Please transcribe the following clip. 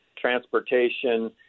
transportation